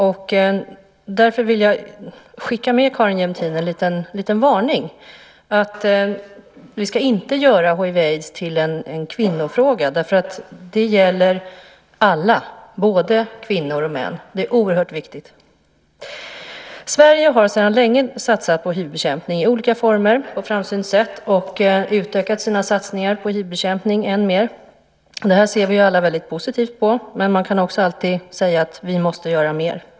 Därför vill jag skicka med Carin Jämtin en liten varning, nämligen att vi inte ska göra hiv/aids till en kvinnofråga eftersom den gäller alla, både kvinnor och män. Det är oerhört viktigt. Sverige har sedan länge på ett framsynt sätt satsat på hivbekämpning i olika former och utökar sina satsningar än mer. Det ser vi alla väldigt positivt på. Men man kan alltid säga att vi måste göra mer.